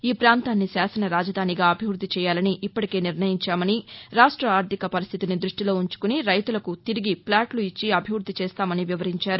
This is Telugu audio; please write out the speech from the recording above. ఈ ప్రాంతాన్ని శాసన రాజధానిగా అభివృద్ది చేయాలని ఇప్పటికే నిర్ణయించామని రాష్ట ఆర్దిక పరిస్దితిని దృష్టిలో ఉంచుకుని రైతులకు తిరిగి ప్లాట్ల ఇచ్చి అభివృద్ది చేస్తామని వివరించారు